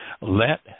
Let